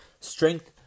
strength